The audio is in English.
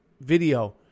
video